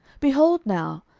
behold now,